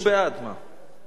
הוא בעד, מה.